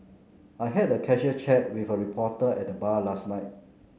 I had a casual chat with a reporter at the bar last night